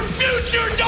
future